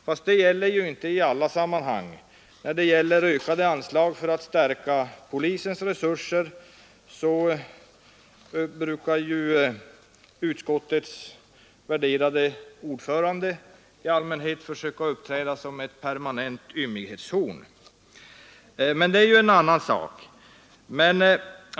Fast det gäller ju inte i alla sammanhang. När det gäller att öka anslagen för att förstärka polisens resurser brukar utskottets värderade ordförande i allmänhet uppträda som ett permanent ymnighetshorn. Men det är ju en annan sak.